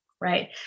right